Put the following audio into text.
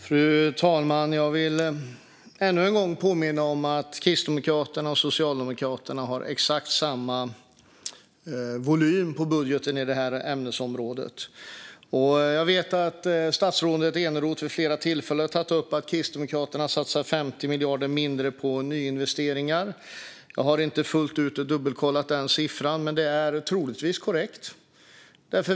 Fru talman! Jag vill ännu en gång påminna om att Kristdemokraterna och Socialdemokraterna har exakt samma volym på budgeten i det här ämnesområdet. Jag vet att statsrådet Eneroth vid flera tillfällen har tagit upp att Kristdemokraterna satsar 50 miljarder mindre på nyinvesteringar. Jag har inte fullt ut dubbelkollat siffran, men det är troligtvis korrekt.